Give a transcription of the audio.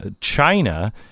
China